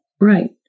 Right